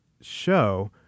show